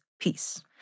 peace